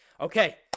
Okay